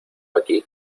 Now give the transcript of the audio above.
aquí